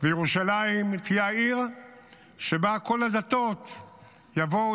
וירושלים תהיה העיר שבה כל הדתות יבואו,